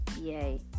yay